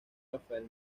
rafael